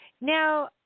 Now